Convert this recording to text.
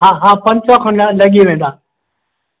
हा हा पंज सौ खन लॻी वेंदा